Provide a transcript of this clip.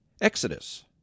Exodus